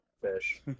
fish